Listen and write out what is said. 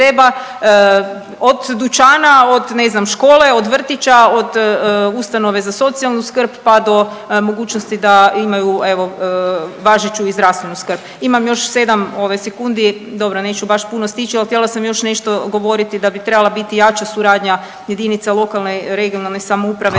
dućana, od ne znam od škole, od vrtića, od ustanove za socijalnu skrb pa do mogućnosti da imaju evo važeću i zdravstvenu skrb. Imam još 7 sekundi. Dobro, neću baš puno stići, ali htjela sam još nešto govoriti da bi trebala biti jača suradnja jedinica lokalne, regionalne samouprave